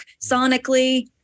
sonically